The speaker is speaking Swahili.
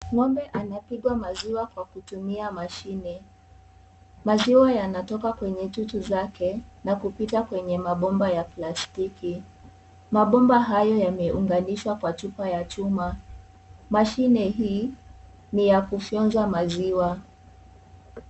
Ng'ombe anapigwa maziwa kwa kutumia mashine. Maziwa yanayoka kwenye chuchu zake na kupita kwenye mabomba ya plastiki. Mabomba hayo yameunganishwa kwa chupa ya chuma. Mashine hii ni ya kufyonza maziwa.